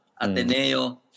Ateneo